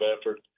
effort